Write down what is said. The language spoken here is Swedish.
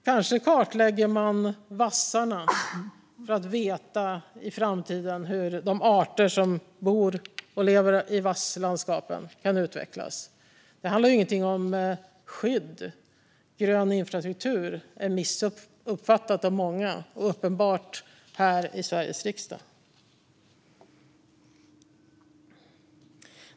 Kanske kartlägger man vassarna för att i framtiden veta hur de arter som bor och lever i vasslandskapen kan utvecklas. Det handlar inte om skydd. Grön infrastruktur har missuppfattats av många och uppenbarligen här i Sveriges riksdag.